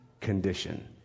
condition